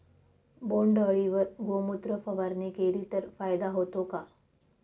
बोंडअळीवर गोमूत्र फवारणी केली तर फायदा होतो का?